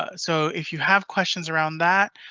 ah so if you have questions around that,